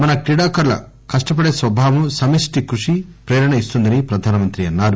మన క్రీడాకారుల కష్టపడే స్వభావం సమిష్టి కృషి ప్రేరణ ఇస్తుందని ప్రధాని అన్నారు